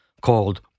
called